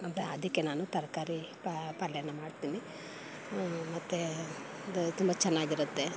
ಬ್ಯಾ ಅದಕ್ಕೆ ನಾನು ತರಕಾರಿ ಪಲ್ಯನ ಮಾಡ್ತೀನಿ ಮತ್ತು ಅದು ತುಂಬ ಚೆನ್ನಾಗಿರುತ್ತೆ